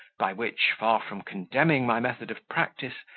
by which, far from condemning my method of practice,